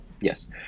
Yes